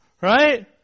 Right